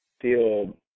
feel